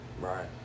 Right